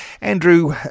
Andrew